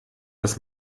das